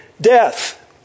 Death